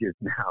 now